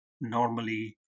normally